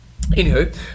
anywho